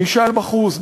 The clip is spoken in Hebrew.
מישיל בחות',